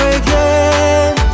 again